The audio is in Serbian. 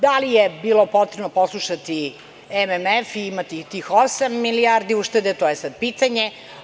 Da li je bilo potrebno poslušati MMF i imati i tih osam milijardi uštede, to je sad pitanje.